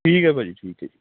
ਠੀਕ ਐ ਭਾਅ ਜੀ ਠੀਕ ਐ ਜੀ